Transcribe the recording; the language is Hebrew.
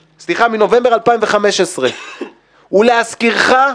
סליחה, מנובמבר 2015, ולהזכירך,